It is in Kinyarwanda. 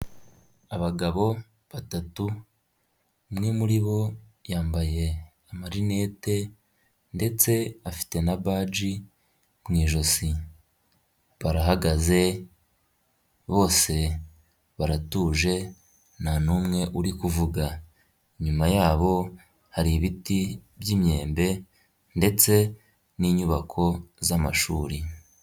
Abagabo batatu umwe muri bo yambaye amarinete ndetse afite na baji mu ijosi, barahagaze bose baratuje nta n'umwe uri kuvuga, inyuma yabo hari ibiti by'imyembe ndetse n'inyubako z'amashuri.